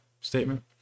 statement